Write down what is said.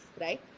right